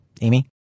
Amy